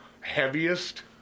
heaviest